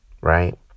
Right